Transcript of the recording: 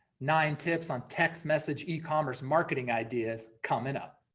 nine tips on text message ecommerce marketing ideas coming up.